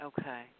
Okay